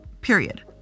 period